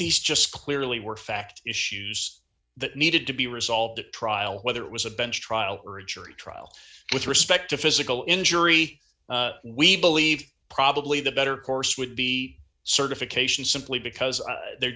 these just clearly were fact issues that needed to be resolved at trial whether it was a bench trial or a jury trial with respect to physical injury we believe probably the better course would be certification simply because